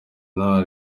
nta